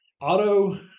auto